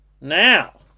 now